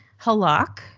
Halak